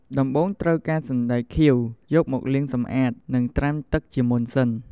ដំបូង ត្រូវការសណ្ដែកខៀវ យកមកលាងសម្អាត និងត្រាំទឹកជាមុនសិន។